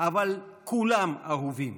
אבל כולם אהובים,